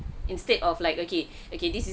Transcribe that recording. instead of like okay okay this